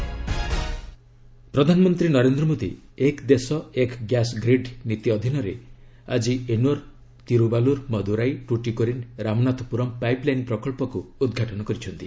PM Tamil Nadu ପ୍ରଧାନମନ୍ତ୍ରୀ ନରେନ୍ଦ୍ର ମୋଦୀ 'ଏକ୍ ଦେଶ ଏକ୍ ଗ୍ୟାସ୍ ଗ୍ରୀଡ୍' ନୀତି ଅଧୀନରେ ଆଜି ଏନୋର୍ ଡିରୁବାଲୁର୍ ମଦୁରାଇ ଟୁଟିକୋରିନ୍ ରାମନାଥପୁରମ୍ ପାଇପ୍ ଲାଇନ୍ ପ୍ରକଚ୍ଚକୁ ଉଦ୍ଘାଟନ କରିଛନ୍ତି